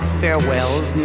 farewells